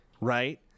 right